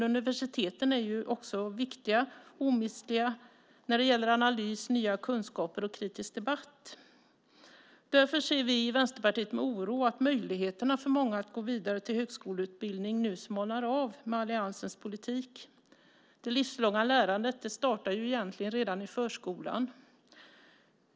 Universiteten är ju också omistliga när det gäller analys, nya kunskaper och kritisk debatt. Därför ser vi i Vänsterpartiet med oro att möjligheterna för många att gå vidare till högskoleutbildning smalnar av med alliansens politik. Det livslånga lärandet startar egentligen redan i förskolan.